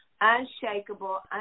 unshakable